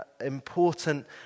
important